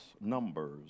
Numbers